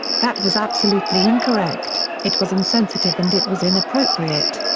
that was absolutely incorrect, it was insensitive and it was inappropriate.